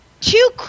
Two